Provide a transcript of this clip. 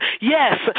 Yes